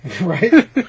Right